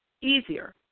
easier